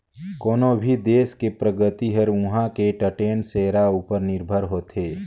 कोनो भी देस के परगति हर उहां के टटेन सेरा उपर निरभर होथे